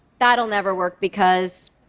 that will never work, because.